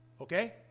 Okay